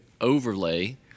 overlay